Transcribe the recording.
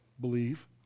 Believe